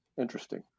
interesting